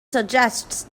suggests